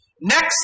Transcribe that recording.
Next